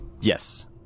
Yes